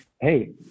Hey